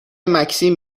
مکسیم